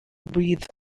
breathe